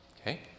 Okay